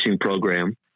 program